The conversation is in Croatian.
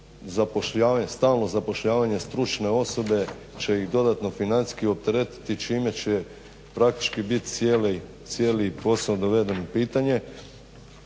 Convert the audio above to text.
stalno zapošljavanje stručne osobe će ih dodatno financijski opteretiti čime će praktički biti cijeli posao doveden u pitanje.